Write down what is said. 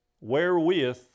wherewith